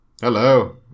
Hello